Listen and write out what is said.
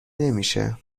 نمیشه